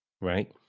right